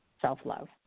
self-love